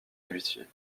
l’huissier